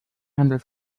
handelt